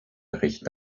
bericht